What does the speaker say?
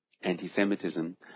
anti-Semitism